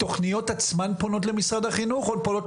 התוכניות עצמן פונות למשרד החינוך או הן פונות